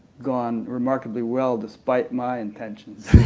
gone remarkably well despite my intentions!